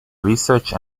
research